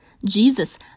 Jesus